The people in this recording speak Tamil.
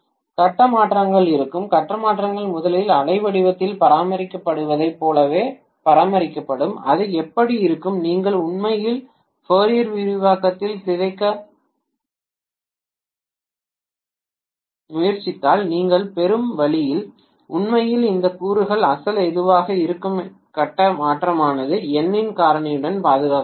கட்ட மாற்றங்கள் இருக்கும் கட்ட மாற்றங்கள் முதலில் அலைவடிவத்தில் பராமரிக்கப்படுவதைப் போலவே பராமரிக்கப்படும் அது எப்படி இருக்கும் நீங்கள் உண்மையில் ஃபோரியர் விரிவாக்கத்தில் சிதைக்க முயற்சித்தால் நீங்கள் பெறும் வழியில் உண்மையில் இந்த கூறுகள் அசல் எதுவாக இருக்கும் கட்ட மாற்றமானது N இன் காரணியுடன் பாதுகாக்கப்படும்